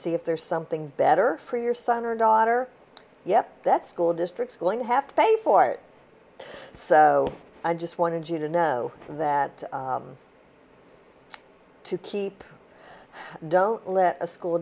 see if there's something better for your son or daughter yep that school districts going to have to pay for it so i just wanted you to know that to keep don't let a school